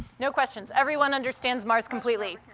no questions. everyone understands mars completely.